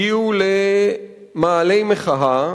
הגיעו למאהלי מחאה,